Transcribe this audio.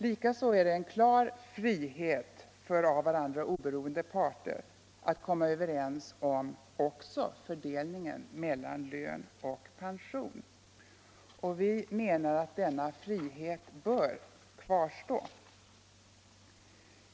Likaså är det en klar frihet för av varandra oberoende parter att komma överens om fördelningen mellan lön och pension. Vi menar att denna frihet bör kvarstå.